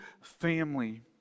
family